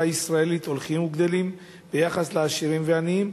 הישראלית הולכים וגדלים ביחס לעשירים ועניים,